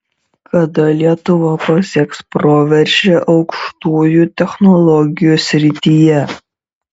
kada lietuva pasieks proveržį aukštųjų technologijų srityje